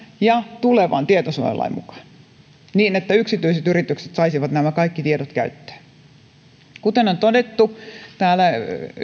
ja tulevan tietosuojalain mukaan niin että yksityiset yritykset saisivat nämä kaikki tiedot käyttöön täällä